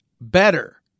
better